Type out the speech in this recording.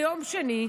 ביום שני,